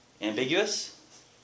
Ambiguous